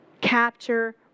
Capture